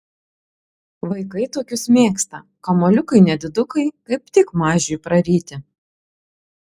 vaikai tokius mėgsta kamuoliukai nedidukai kaip tik mažiui praryti